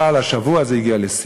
אבל השבוע זה הגיע לשיא.